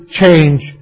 change